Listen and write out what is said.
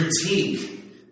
critique